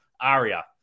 Aria